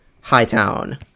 Hightown